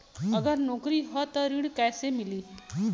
अगर नौकरी ह त ऋण कैसे मिली?